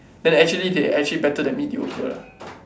then actually they actually better than mediocre